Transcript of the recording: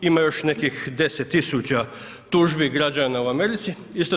Ima još nekih 10 tisuća tužbi građana u Americi.